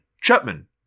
Chapman